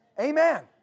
Amen